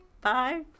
Bye